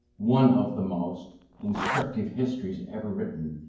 one of the most instructive histories ever written,